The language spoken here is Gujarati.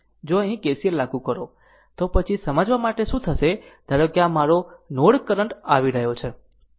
જો અહીં KCL લાગુ કરો તો પછી સમજવા માટે શું થશે ધારો કે આ મારો આ નોડ કરંટ આવી રહ્યો છે